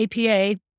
APA